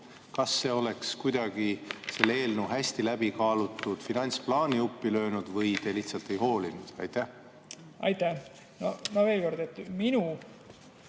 Kas see oleks kuidagi selle eelnõu hästi läbikaalutud finantsplaani uppi löönud või te lihtsalt ei hoolinud? Aitäh! Veel kord, minu